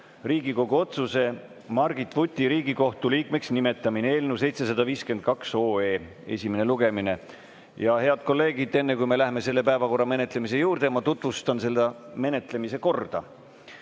Riigikogu otsuse "Margit Vuti Riigikohtu liikmeks nimetamine" eelnõu 752 esimene lugemine. Head kolleegid, enne kui me läheme selle päevakorrapunkti menetlemise juurde, ma tutvustan selle menetlemise korda.